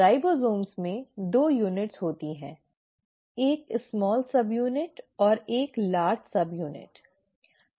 ribosome में 2 unit होती हैं एक छोटा सबयूनिट और एक बड़ा सबयूनिट है